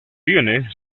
tiene